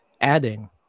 adding